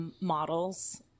models